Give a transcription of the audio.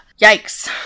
Yikes